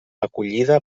acollida